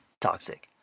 toxic